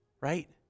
Right